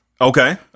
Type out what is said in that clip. Okay